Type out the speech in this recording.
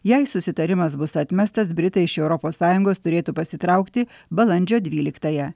jei susitarimas bus atmestas britai iš europos sąjungos turėtų pasitraukti balandžio dvyliktąją